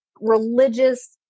religious